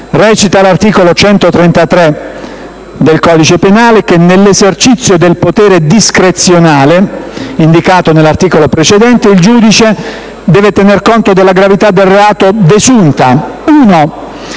Recita l'articolo 133 del codice penale: «Nell'esercizio del potere discrezionale indicato nell'articolo precedente, il giudice deve tener conto della gravità del reato, desunta: 1)